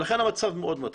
ולכן המצב מאוד מטריד.